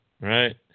right